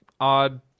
odd